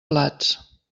plats